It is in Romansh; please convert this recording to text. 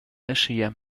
aschia